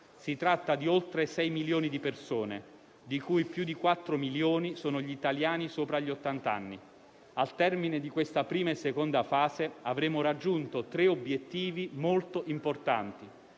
Si tratta di oltre 6 milioni di persone, di cui più di 4 milioni sono gli italiani sopra gli ottant'anni. Al termine di questa prima e seconda fase avremo raggiunto tre obiettivi molto importanti: